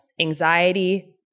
anxiety